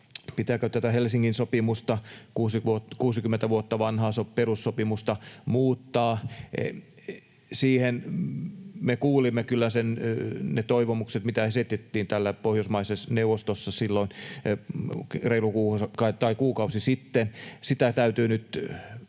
pitääkö Helsingin sopimusta, 60 vuotta vanhaa perussopimusta, muuttaa. Me kuulimme kyllä ne toivomukset, mitä esitettiin täällä Pohjoismaiden neuvostossa silloin reilu kuukausi sitten. Siitä asiasta täytyy nyt